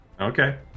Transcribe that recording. Okay